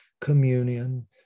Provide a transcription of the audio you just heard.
communion